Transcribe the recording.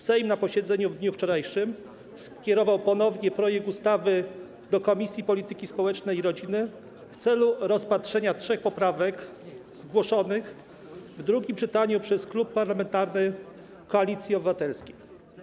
Sejm na posiedzeniu w dniu wczorajszym skierował ponownie projekt ustawy do Komisji Polityki Społecznej i Rodziny w celu rozpatrzenia trzech poprawek zgłoszonych w drugim czytaniu przez Klub Parlamentarny Koalicji Obywatelskiej.